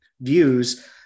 views